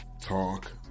Talk